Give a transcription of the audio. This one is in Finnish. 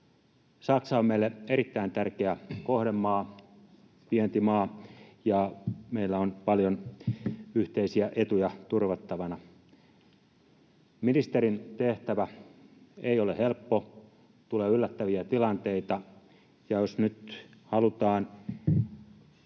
Saksa on meille erittäin tärkeä kohdemaa, vientimaa, ja meillä on paljon yhteisiä etuja turvattavana. Ministerin tehtävä ei ole helppo, tulee yllättäviä tilanteita, ja jos nyt halutaan